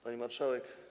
Pani Marszałek!